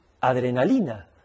adrenalina